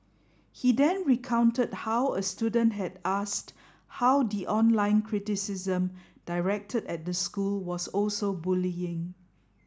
he then recounted how a student had asked how the online criticism directed at the school was also bullying